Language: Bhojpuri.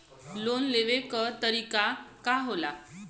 लोन लेवे क तरीकाका होला?